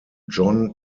john